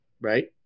right